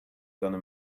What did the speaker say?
gonna